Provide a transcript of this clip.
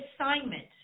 assignment